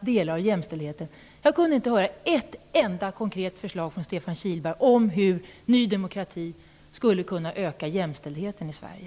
vi talar om jämställdheten. Jag kunde inte höra ett enda konkret förslag från Stefan Kihlberg om hur Ny demokrati skulle vilja öka jämställdheten i Sverige.